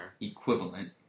Equivalent